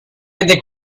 que